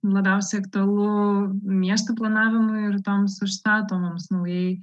labiausiai aktualu miestų planavimui ir toms užstatomoms naujai